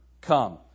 come